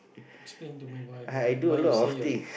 explain to me why why why you say yours